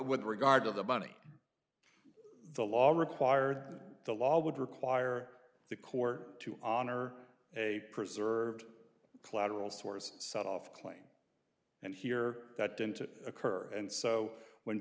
with regard to the bunny the law required the law would require the court to honor a preserved collateral source set off claim and here that didn't occur and so when